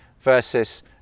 versus